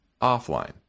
offline